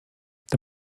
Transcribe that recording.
the